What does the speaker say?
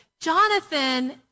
Jonathan